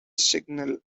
signal